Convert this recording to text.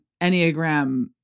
Enneagram